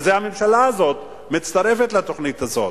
והממשלה הזאת מצטרפת לתוכנית הזאת.